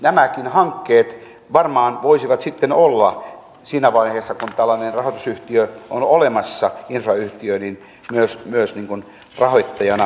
nämäkin hankkeet varmaan voisivat sitten olla siinä vaiheessa kun tällainen infrayhtiö on olemassa myös rahoittajana